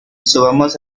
subamos